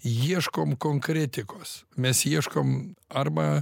ieškom konkretikos mes ieškom arba